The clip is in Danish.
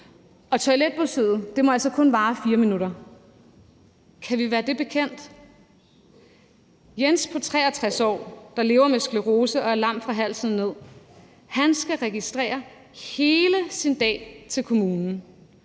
toiletbesøget må altså kun vare 4 minutter. Kan vi være det bekendt? Jens på 63 år, der lever med sklerose og er lam fra halsen og ned, skal registrere hele sin dag til kommunen: